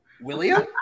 William